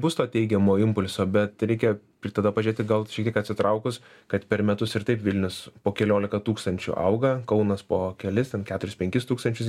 bus to teigiamo impulso bet reikia ir tada pažiūrėti gal šiek tiek atsitraukus kad per metus ir taip vilnius po keliolika tūkstančių auga kaunas po kelis ten keturis penkis tūkstančius